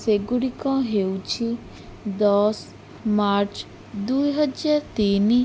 ସେଗୁଡ଼ିକ ହେଉଛି ଦଶ ମାର୍ଚ୍ଚ ଦୁଇହଜାର ତିନି